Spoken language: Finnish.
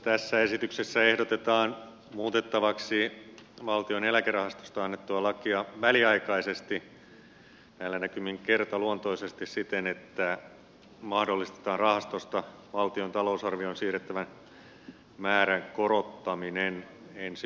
tässä esityksessä ehdotetaan muutettavaksi valtion eläkerahastosta annettua lakia väliaikaisesti näillä näkymin kertaluontoisesti siten että mahdollistetaan rahastosta valtion talousarvioon siirrettävän määrän korottaminen ensi vuonna